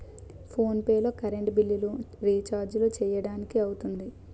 phone pay లో కర్రెంట్ బిల్లులు, రిచార్జీలు చేయడానికి అవుతుంది